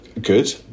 good